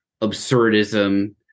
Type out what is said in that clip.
absurdism